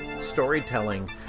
storytelling